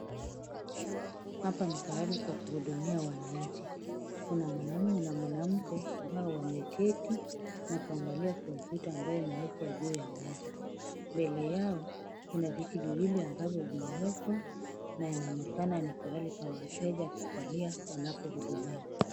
Hapa ni pahali pa kuhudumia wananchi, kuna mwanamume na mwanamke ambao wameketi na kuangalia kompyuta ambayo imewekwa juu ya meza. Mbele yao kuna viti viwili ambavyo vimewekwa, na inaonekana ni pahali pa wateja kukalia wanapohudumiwa.